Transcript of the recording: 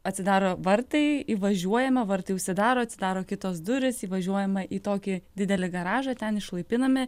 atsidaro vartai įvažiuojame vartai užsidaro atsidaro kitos durys įvažiuojama į tokį didelį garažą ten išlaipinami